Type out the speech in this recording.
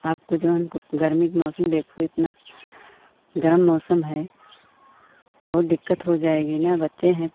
आपको जऊन गर्मी के मौसम देखो इतना गरम मौसम है बहुत दिक़्क़त हो जाएगी ना बच्चे हैं